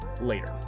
later